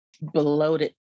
bloated